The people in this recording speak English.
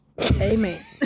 Amen